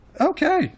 Okay